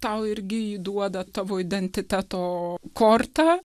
tau irgi įduoda tavo identiteto kortą